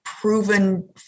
proven